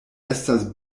estas